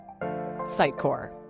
Sitecore